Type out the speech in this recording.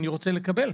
אני רוצה לקבל.